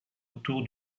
autour